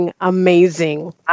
amazing